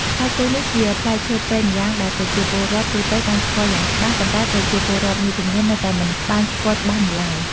ផ្លែគុយនេះ ជាផ្លែឈើព្រៃម្យ៉ាង ដែលប្រជាពលរដ្ឋទូទៅបានស្គាល់យ៉ាងច្បាស់ ប៉ុន្តែប្រជាពលរដ្ឋមួយចំនួននៅតែមិនបានស្គាល់ច្បាស់នៅឡើយ។